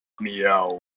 meow